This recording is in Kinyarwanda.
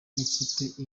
n’ikipe